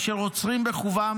אשר אוצרות בחובן